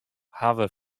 hawwe